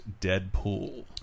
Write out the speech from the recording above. Deadpool